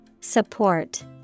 Support